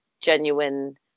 genuine